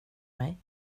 mig